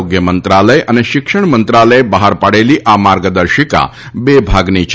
આરોગ્ય મંત્રાલય અને શિક્ષણ મંત્રાલયે બહાર પાડેલી આ માર્ગદર્શિકા બે ભાગની છે